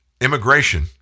Immigration